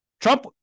Trump